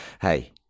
Hey